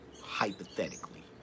hypothetically